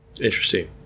interesting